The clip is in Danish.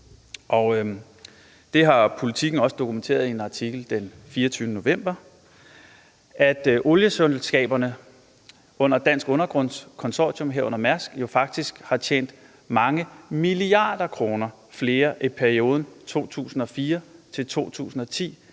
det har Politiken dokumenteret i en artikel den 24. november – at olieselskaberne under Dansk Undergrunds Consortium, herunder Mærsk, faktisk har tjent mange milliarder kroner mere i perioden 2004-2010,